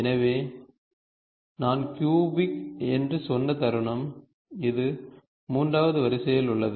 எனவே நான் க்யூபிக் என்று சொன்ன தருணம் இது மூன்றாவது வரிசையில் உள்ளது